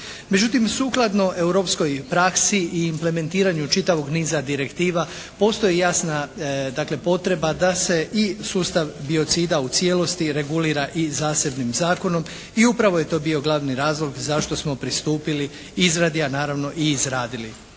Međutim, sukladno europskoj praksi i implementiranju čitavog niza direktiva postoji jasna dakle potreba da se i sustav biocida u cijelosti regulira i zasebnim zakonom i upravo je to bio glavni razlog zašto smo pristupili izradi a naravno i izradili